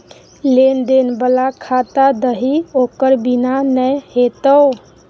लेन देन बला खाता दही ओकर बिना नै हेतौ